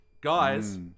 Guys